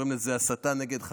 שר החינוך יואב קיש: אז קודם כול,